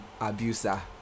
abuser